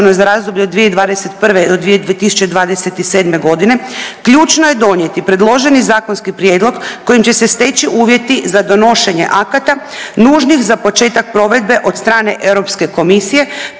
za razdoblje do 2021. do 2027. godine ključno je donijeti predloženi zakonski prijedlog kojim će se steći uvjeti za donošenje akata nužnih za početak provedbe od strane Europske komisije